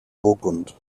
burgund